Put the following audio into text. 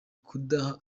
kudaha